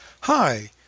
Hi